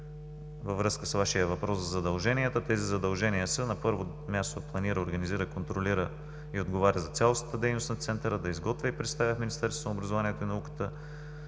Във връзка с Вашия въпрос за задълженията. Тези задължения са: на първо място, планира, организира, контролира и отговаря за цялостната дейност на Центъра; да изготвя и представя в Министерството на образованието и науката